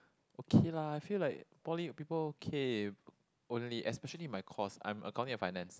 okay lah I feel like poly people okay only especially my course I'm accounting and finance